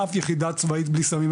אף יחידה צבאית בלי סמים,